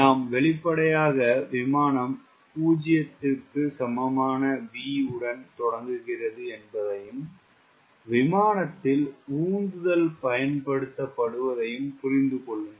நாம் வெளிப்படயாக விமானம் 0 க்கு சமமான V உடன் தொடங்குகிறது என்பதையும் விமானத்தில் உந்துதல் பயன்படுத்தப்படுவதையும் புரிந்து கொள்ளுங்கள்